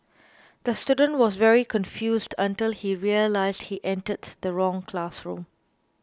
the student was very confused until he realised he entered the wrong classroom